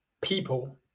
people